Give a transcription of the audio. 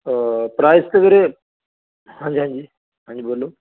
price ਤਾਂ ਵੀਰੇ ਹਾਂਜੀ ਹਾਂਜੀ ਹਾਂਜੀ ਬੋਲੋ